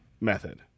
method